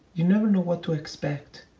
you never know what to expect,